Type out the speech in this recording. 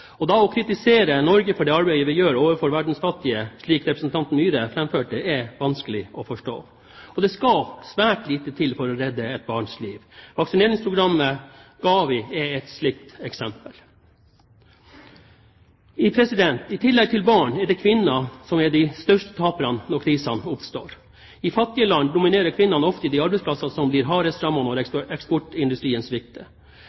arbeidet vi gjør overfor verdens fattige, slik representanten Myhre framførte, er vanskelig å forstå. Det skal svært lite til for å redde et barns liv. Vaksineringsprogrammet GAVI er et slikt eksempel. I tillegg til barn er det kvinner som er de største taperne når krisene oppstår. I fattige land dominerer kvinnene ofte de arbeidsplassene som blir hardest rammet når eksportindustrien svikter. Norge bidrar sterkt i kampen om å styrke kvinnenes rettigheter i vårt bistandsarbeid. Det er en vanskelig og